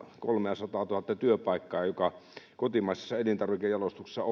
kolmeasataatuhatta työpaikkaa jotka kotimaisessa elintarvikejalostuksessa